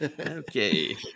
Okay